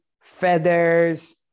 feathers